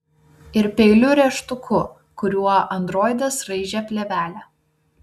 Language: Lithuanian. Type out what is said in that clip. ir peiliu rėžtuku kuriuo androidas raižė plėvelę